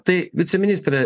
tai viceministre